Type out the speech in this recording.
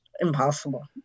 impossible